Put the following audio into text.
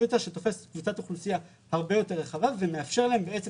יותר שתופס קבוצת אוכלוסייה הרבה יותר רחבה ומאפשר לה בעצם